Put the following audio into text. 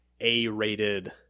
A-rated